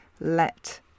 Let